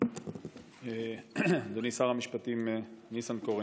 אדוני שר המשפטים ניסנקורן,